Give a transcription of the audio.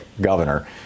governor